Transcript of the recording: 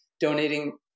donating